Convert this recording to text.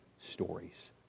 stories